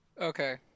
Okay